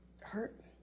Hurt